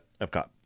Epcot